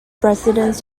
residents